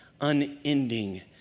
unending